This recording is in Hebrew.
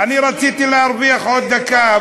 אני רציתי להרוויח עוד דקה,